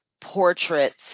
portraits